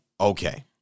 Okay